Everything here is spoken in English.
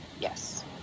Yes